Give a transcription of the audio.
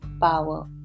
power